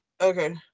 Okay